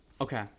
Okay